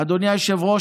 "אדוני היושב-ראש,